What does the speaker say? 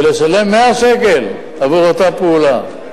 ולשלם 100 שקל עבור אותה פעולה.